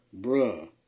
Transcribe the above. Bruh